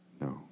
No